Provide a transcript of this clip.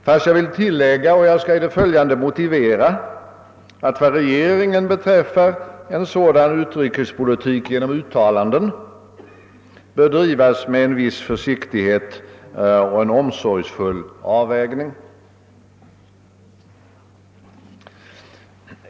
Men jag vill tillägga — och jag skall i det följande motivera det — att vad regeringen beträffar en sådan utrikespolitik genom uttalanden» bör bedrivas med viss försiktighet och omsorgsfull avvägning.